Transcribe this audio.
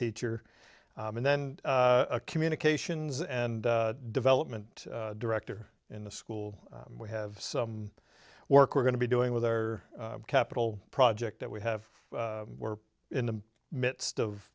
teacher and then a communications and development director in the school we have some work we're going to be doing with our capital project that we have we're in the midst of